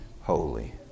holy